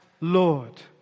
Lord